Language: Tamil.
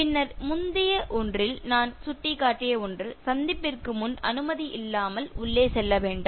பின்னர் இது முந்தைய ஒன்றில் நான் சுட்டிக்காட்டிய ஒன்று சந்திப்பிற்கு முன் அனுமதி இல்லாமல் உள்ளே செல்ல வேண்டாம்